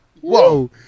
whoa